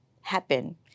happen